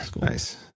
Nice